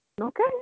okay